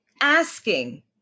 asking